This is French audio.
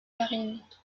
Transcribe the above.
marines